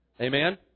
Amen